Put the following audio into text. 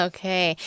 Okay